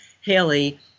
Haley